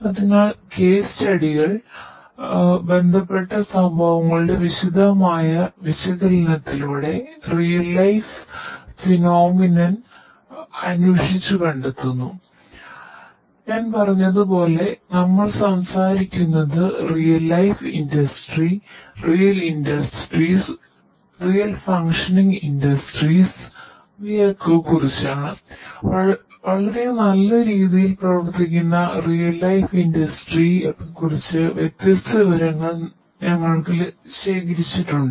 അതിനാൽ കേസ് സ്റ്റഡികൾ കളെക്കുറിച്ചുള്ള വ്യത്യസ്ത വിവരങ്ങൾ ഞങ്ങൾ ശേഖരിച്ചിട്ടുണ്ട്